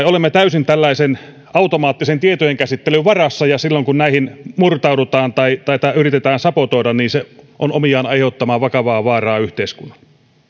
olemme täysin tällaisen automaattisen tietojenkäsittelyn varassa ja kun näihin järjestelmiin murtaudutaan tai niitä yritetään sabotoida se on omiaan aiheuttamaan vakavaa vaaraa yhteiskunnalle